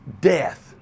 death